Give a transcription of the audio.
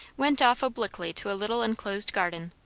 went off obliquely to a little enclosed garden,